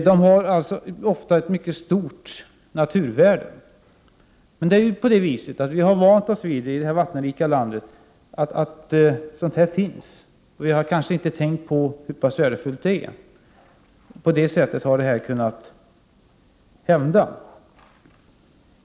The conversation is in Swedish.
De har alltså ofta ett mycket stort naturvärde. Vi har vant oss i vårt vattenrika land att sådant här alltid finns. Vi har kanske inte tänkt på hur pass värdefullt det är. På det sättet har detta kunnat hända.